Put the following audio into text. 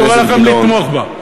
אני קורא לכם לתמוך בה.